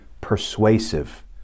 persuasive